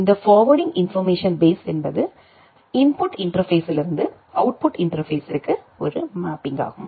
இந்த forwarding information base என்பது input இன்டர்பேஸ்ஸுலிருந்து அவுட்புட் இன்டர்பேஸ்ஸுற்கு ஒரு மேப்பிங் ஆகும்